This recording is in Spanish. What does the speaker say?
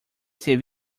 ser